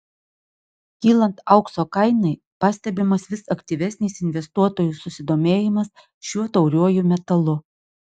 kylant aukso kainai pastebimas vis aktyvesnis investuotojų susidomėjimas šiuo tauriuoju metalu